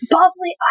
Bosley